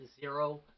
zero